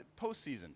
postseason